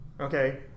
okay